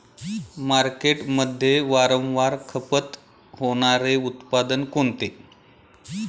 मार्केटमध्ये वारंवार खपत होणारे उत्पादन कोणते?